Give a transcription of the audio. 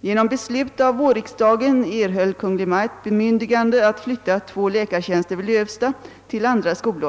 Genom beslut av vårriksdagen erhöll Kungl. Maj:t bemyndigande att flytta två läkartjänster vid Lövsta till andra skolor.